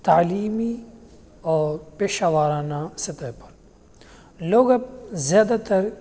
تعلیمی اور پیشہ وارانہ سطح پر لوگ اب زیادہ تر